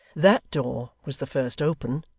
that door was the first open,